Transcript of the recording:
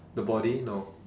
the body no